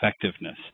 effectiveness